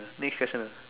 next question ah